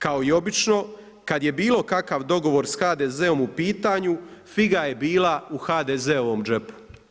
Kao i obično, kada je bilo kakav dogovor s HDZ-om u pitanju, figa je bila u HDZ-ovom džepu.